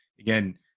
again